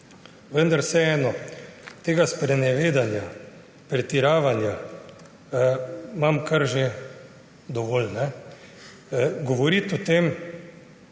vendar vseeno, tega sprenevedanja, pretiravanja imam že kar dovolj. Govorite o tem,